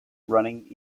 running